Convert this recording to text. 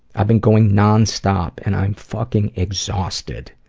i've been going nonstop and i'm fucking exhausted.